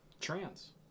trans